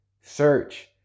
search